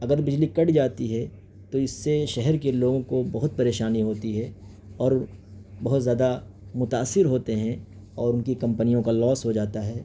اگر بجلی کٹ جاتی ہے تو اس سے شہر کے لوگوں کو بہت پریشانی ہوتی ہے اور بہت زیادہ متأثر ہوتے ہیں اور ان کی کمپنیوں کا لاس ہو جاتا ہے